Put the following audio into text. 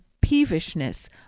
peevishness